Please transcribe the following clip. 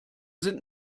sind